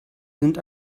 sind